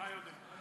אתה יודע.